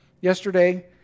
yesterday